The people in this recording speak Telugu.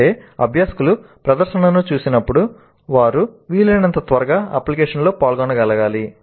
అంటే అభ్యాసకులు ప్రదర్శనను చూసినప్పుడు వారు వీలైనంత త్వరగా అప్లికేషన్లో పాల్గొనగలగాలి